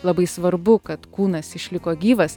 labai svarbu kad kūnas išliko gyvas